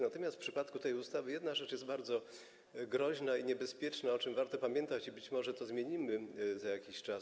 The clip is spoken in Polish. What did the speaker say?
Natomiast w przypadku tej ustawy jedna rzecz jest bardzo groźna i niebezpieczna, o czym warto pamiętać, i być może to zmienimy za jakiś czas.